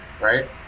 right